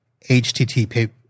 HTTP